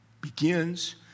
begins